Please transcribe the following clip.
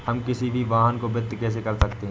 हम किसी भी वाहन को वित्त कैसे कर सकते हैं?